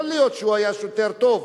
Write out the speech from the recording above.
יכול להיות שהוא היה שוטר טוב,